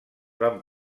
van